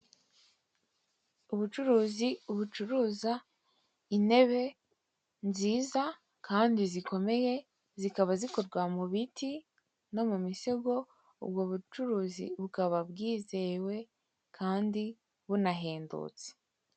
Ubucuruzi bucuruza intebe nziza kandi zikomeye zikaba zikorwa mu biti no mu misego, ubwo bucuruzi bukaba bwizewe kandi bunahendutse.